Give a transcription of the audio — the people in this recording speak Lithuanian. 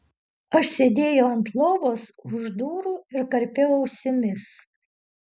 aš sėdėjau ant lovos už durų ir karpiau ausimis